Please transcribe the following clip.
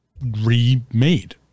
remade